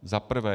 Za prvé.